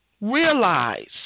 realize